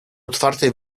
otwartej